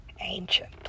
Ancient